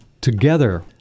Together